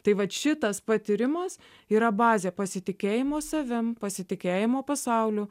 tai vat šitas patyrimas yra bazė pasitikėjimo savim pasitikėjimo pasauliu